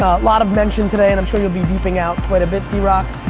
a lot of mention today, and i'm sure you'll be beeping out quite a bit, drock,